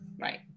Right